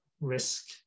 risk